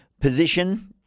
position